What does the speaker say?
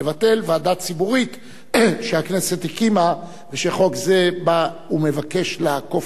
לבטל ועדה ציבורית שהכנסת הקימה ושחוק זה בא ומבקש לעקוף.